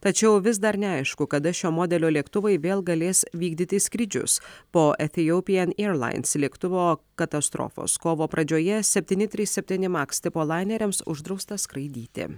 tačiau vis dar neaišku kada šio modelio lėktuvai vėl galės vykdyti skrydžius po etiopijan eirlains lėktuvo katastrofos kovo pradžioje septyni trys septyni maks tipo laineriams uždrausta skraidyti